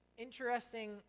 Interesting